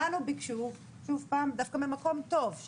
לנו ביקשו דווקא ממקום טוב,